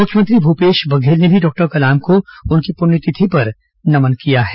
मुख्यमंत्री भूपेश बघेल ने भी डॉक्टर कलाम को उनकी पुण्यतिथि पर नमन किया है